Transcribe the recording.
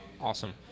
Awesome